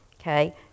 Okay